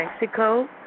Mexico